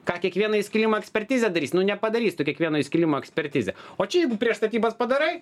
ką kiekvieno įskilimo ekspertizę darys nu nepadarysi tu kiekvieno įskilimo ekspertizę o čia jeigu prieš statybas padarai